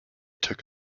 took